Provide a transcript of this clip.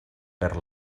per